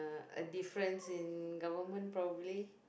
a difference in government probably